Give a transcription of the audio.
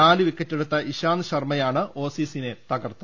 നാല് വിക്കറ്റെടുത്ത ഇശാന്ത് ശർമ്മയാണ് ഓസീ സിനെ തകർത്തത്